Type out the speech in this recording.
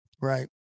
Right